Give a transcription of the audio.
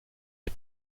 les